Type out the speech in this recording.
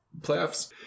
playoffs